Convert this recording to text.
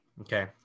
Okay